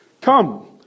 come